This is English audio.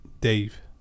Dave